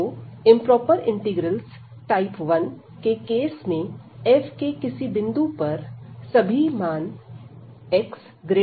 तो improper integrals type 1 के case में f के किसी बिंदु पर सभी मान ax≤b∞